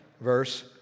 verse